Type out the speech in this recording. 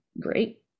great